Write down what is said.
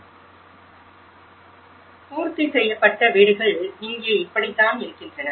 பூர்த்தி செய்யப்பட்ட வீடுகள் இங்கே இப்படி இருக்கின்றன